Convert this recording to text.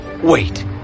wait